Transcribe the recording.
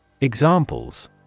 Examples